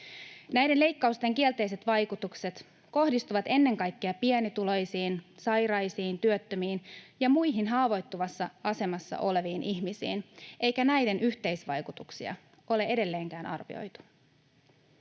Näiden leikkausten kielteiset vaikutukset kohdistuvat ennen kaikkea pienituloisiin, sairaisiin, työttömiin ja muihin haavoittuvassa asemassa oleviin ihmisiin, eikä näiden yhteisvaikutuksia ole edelleenkään arvioitu.